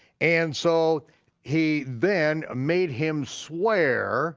and so he then made him swear